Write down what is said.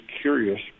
curious